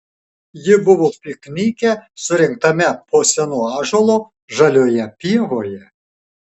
ji buvo piknike surengtame po senu ąžuolu žalioje pievoje